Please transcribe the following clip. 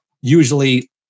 usually